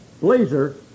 blazer